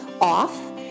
off